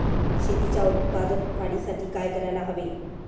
शेतीच्या उत्पादन वाढीसाठी काय करायला हवे?